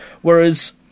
Whereas